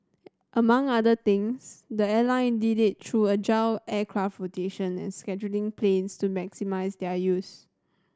among other things the airline did it through agile aircraft rotation and scheduling planes to maximise their use